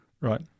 Right